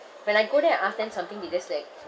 when I go there and ask them something they just like